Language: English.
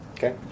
Okay